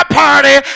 party